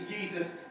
Jesus